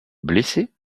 blessé